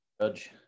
judge